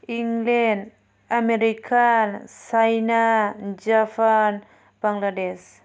England America China Japan Bangladesh